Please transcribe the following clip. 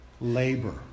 labor